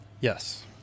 Yes